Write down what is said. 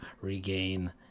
regain